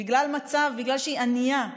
בגלל שהיא ענייה,